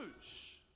choose